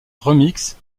remix